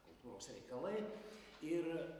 kultūros reikalai ir